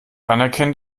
anerkennen